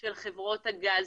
של חברות הגז.